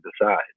decide